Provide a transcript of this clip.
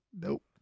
Nope